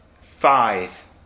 five